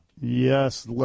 Yes